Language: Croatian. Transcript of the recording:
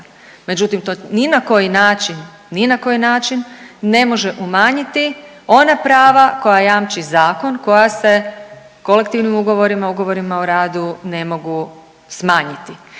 način, ni na koji način ne može umanjiti ona prava koja jamči zakon koja se kolektivnim ugovorima i ugovorima o radu ne mogu smanjiti.